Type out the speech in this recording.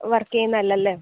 work ചെയ്യുന്ന്ത് അല്ല അല്ലേ